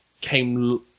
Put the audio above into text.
came